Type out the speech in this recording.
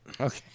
Okay